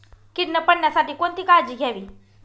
कीड न पडण्यासाठी कोणती काळजी घ्यावी?